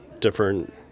different